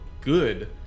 good